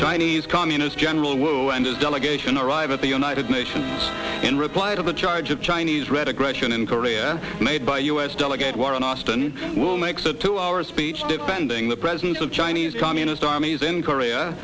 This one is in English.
chinese communist general wu and his delegation arrive at the united nations in reply to the charge of chinese red aggression in korea made by u s delegate warren austin will makes a two hour speech defending the presence of chinese communist armies in korea